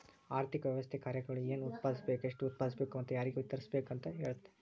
ಆರ್ಥಿಕ ವ್ಯವಸ್ಥೆ ಕಾರ್ಯಗಳು ಏನ್ ಉತ್ಪಾದಿಸ್ಬೇಕ್ ಎಷ್ಟು ಉತ್ಪಾದಿಸ್ಬೇಕು ಮತ್ತ ಯಾರ್ಗೆ ವಿತರಿಸ್ಬೇಕ್ ಅಂತ್ ಹೇಳ್ತತಿ